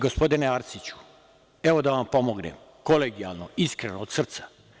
Gospodine Arsiću, evo da vam pomognem, kolegijalno, iskreno, od srca.